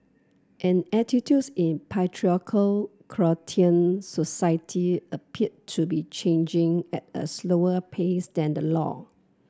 and attitudes in patriarchal Croatian society appear to be changing at a slower pace than the law